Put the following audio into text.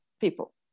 people